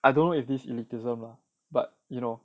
I don't know if this is elitism lah but you know